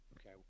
Okay